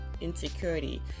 insecurity